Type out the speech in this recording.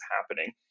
happening